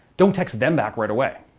don't text them back right away.